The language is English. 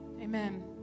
amen